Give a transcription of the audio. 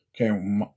okay